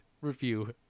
review